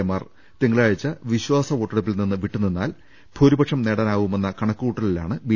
എമാർ തിങ്കളാഴ്ച വിശ്വാസവോട്ടെടുപ്പിൽ നിന്ന് വിട്ടുനിന്നാൽ ഭൂരിപക്ഷം നേടാനാവുമെന്ന കണക്കുകൂട്ടലിലാണ് ബി